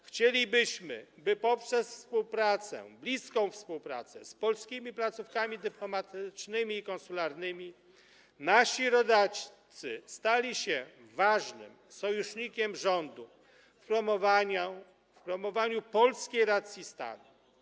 Chcielibyśmy, by poprzez współpracę, bliską współpracę z polskimi placówkami dyplomatycznymi i konsularnymi nasi rodacy stali się ważnym sojusznikiem rządu w promowaniu polskiej racji stanu.